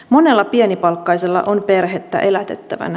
monella pienipalkkaisella on perhettä elätettävänä